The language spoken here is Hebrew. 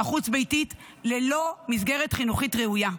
חוץ-הביתית ללא מסגרת חינוכית ראויה.